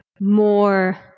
more